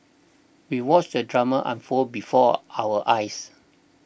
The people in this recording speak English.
we watched the drama unfold before our eyes